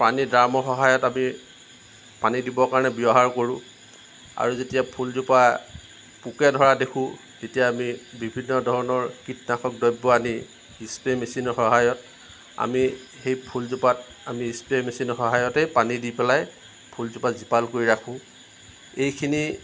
পানীৰ ড্ৰামৰ সহায়ত আমি পানী দিবৰ কাৰণে ব্যৱহাৰ কৰোঁ আৰু যেতিয়া ফুলজোপা পোকে ধৰা দেখো তেতিয়া আমি বিভিন্ন ধৰণৰ কীটনাশক দ্ৰৱ্য আদি ইস্প্ৰে মেচিনৰ সহায়ত আমি সেই ফুলজোপাত আমি ইস্প্ৰে মেচিন সহায়তে পানী দি পেলাই ফুলজোপা জীপাল কৰি ৰাখো এইখিনি